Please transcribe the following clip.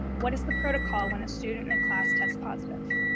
what is the protocol when a student in the class tests positive?